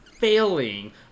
failing